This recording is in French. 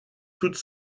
toute